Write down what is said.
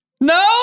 No